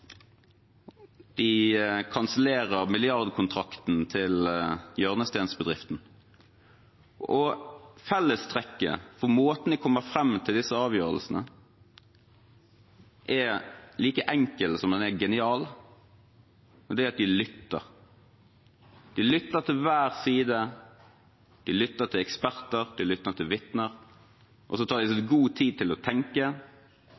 de kansellerer milliardkontrakten til hjørnesteinsbedriften. Fellestrekket for måten de kommer fram til disse avgjørelsene på, er like enkel som den er genial, og det er at de lytter. De lytter til hver side, de lytter til eksperter, de lytter til vitner. Så tar de seg god tid til å tenke,